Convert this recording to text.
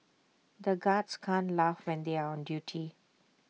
the guards can't laugh when they are on duty